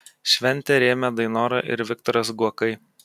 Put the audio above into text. šventę rėmė dainora ir viktoras guokai